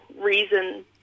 reason